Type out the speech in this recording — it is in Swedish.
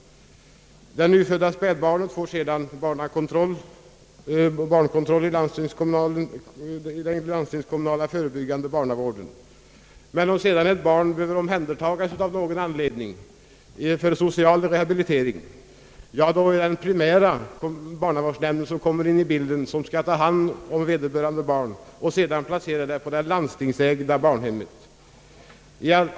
Den nyfödde får sedan spädbarnskontroll i den landstingskommunala förebyggande barnavården. Om ett barn av någon anledning behöver omhändertas för social rehabilitering, får den primärkommunala barnavårdsnämnden hand om fallet och placerar barnet på det landstingsägda barnhemmet.